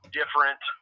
different